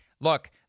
Look